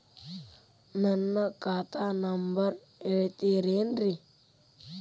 ನನ್ನ ಖಾತಾ ನಂಬರ್ ಹೇಳ್ತಿರೇನ್ರಿ?